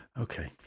Okay